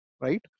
right